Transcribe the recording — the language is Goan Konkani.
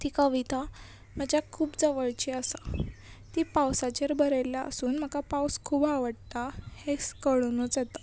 ती कविता म्हाज्या खूब जवळची आसा ती पावसाचेर बरयल्या आसून म्हाका पावस खूब आवडटा हें कळुनूच येता